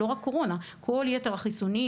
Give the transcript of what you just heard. לא רק קורונה אלא כל יתר החיסונים,